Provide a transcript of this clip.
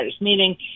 meaning